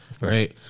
Right